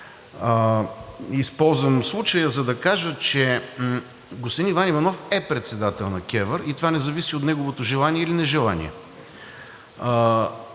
Използвам случая, за да кажа, че господин Иван Иванов е председател на КЕВР и това не зависи от неговото желание или нежелание.